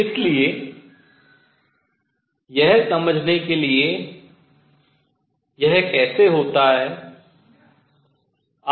इसलिए यह समझने के लिए कि यह कैसे होता है